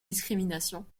discriminations